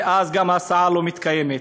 ואז גם ההסעה לא מתקיימת.